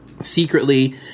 secretly